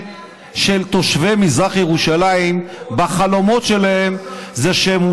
תראה, אני